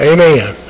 Amen